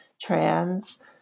trans